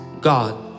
God